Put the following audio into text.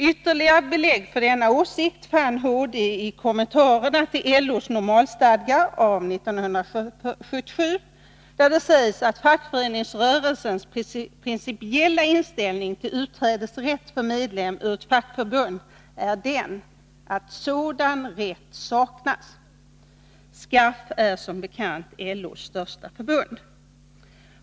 Ytterligare belägg för denna åsikt fann HD i kommentarerna till LO:s normalstadga av 1977, där det sägs att ”fackföreningsrörelsens principiella inställning till utträdesrätt för medlem ur ett fackförbund är den, att sådan rätt saknas”. SKAF är som bekant LO:s största förbund.